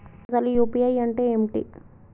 అసలు యూ.పీ.ఐ అంటే ఏమిటి?